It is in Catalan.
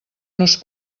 nos